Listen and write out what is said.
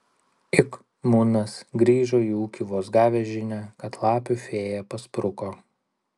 ik munas grįžo į ūkį vos gavęs žinią kad lapių fėja paspruko